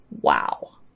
Wow